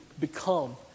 become